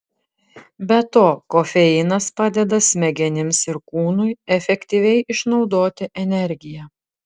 be to kofeinas padeda smegenims ir kūnui efektyviai išnaudoti energiją